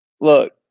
Look